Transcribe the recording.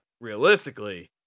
realistically